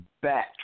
back